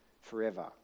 forever